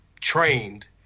trained